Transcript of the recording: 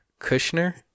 Kushner